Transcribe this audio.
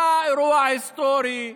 אותו אירוע היסטורי,